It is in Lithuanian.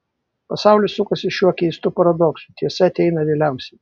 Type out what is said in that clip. pasaulis sukasi šiuo keistu paradoksu tiesa ateina vėliausiai